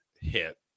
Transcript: hit